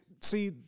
see